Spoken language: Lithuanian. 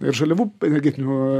ir žaliavų energetinių